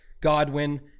Godwin